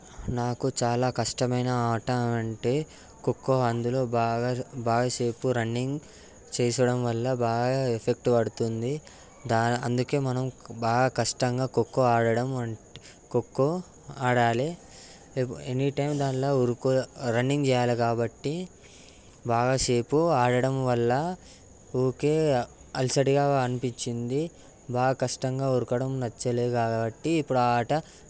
నాకు చాలా కష్టమైన ఆట అంటే ఖోఖో అందులో బాగా బాగా సేపు రన్నింగ్ చేయడం వల్ల బాగా ఎఫెక్ట్ పడుతుంది దా అందుకే మనం బాగా కష్టంగా ఖోఖో ఆడడం ఖోఖో ఆడాలి ఎనీ టైం దాన్లో ఉరుకు రన్నింగ్ చేయాలి కాబట్టి బాగా సేపు ఆడడం వల్ల ఊరికే అలసడిగా అనిపించింది బాగా కష్టంగా ఉరకడం నచ్చలేదు కాబట్టి ఇప్పుడు ఆ ఆట